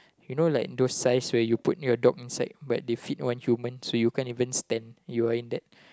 you know like those size where you put your dog inside but they fit one human so you can't even stand you're in that